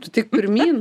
tu tik pirmyn